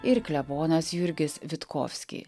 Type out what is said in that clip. ir klebonas jurgis vitkovski